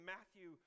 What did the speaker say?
Matthew